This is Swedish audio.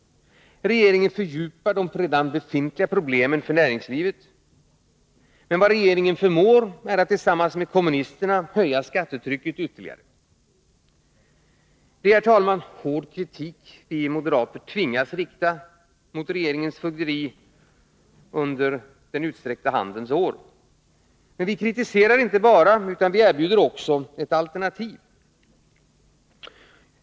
Regeringen fördjupar de redan befintliga problemen för näringslivet. Men vad regeringen förmår är att tillsammans med kommunisterna höja skattetrycket ytterligare. Det är, herr talman, hård kritik som vi moderater tvingas rikta mot regeringens fögderi under den utsträckta handens år. Men vi inte bara kritiserar, utan vi erbjuder också ett alternativ.